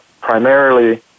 primarily